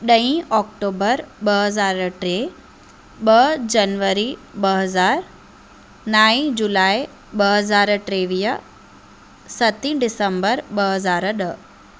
ॾहीं ओक्टुबर ॿ हज़ार टे ॿ जनवरी ॿ हज़ार नाई जुलाई ॿ हज़ार टेवीह सतीं दिसंबर ॿ हज़ार ॾह